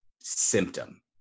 symptom